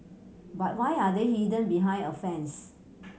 but why are they hidden behind a fence